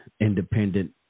independent